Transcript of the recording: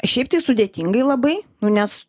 šiaip tai sudėtingai labai nu nes